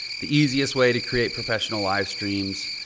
the easiest way to create professional live streams.